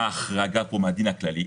מה ההחרגה בדין הכללי?